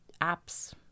apps